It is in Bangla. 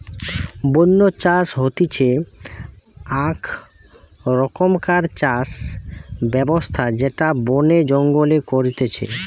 বন্য চাষ হতিছে আক রকমকার চাষ ব্যবস্থা যেটা বনে জঙ্গলে করতিছে